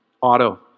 auto